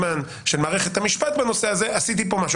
הזמן של מערכת המשפט בנושא הזה עשיתי פה משהו?